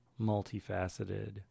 multifaceted